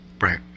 Right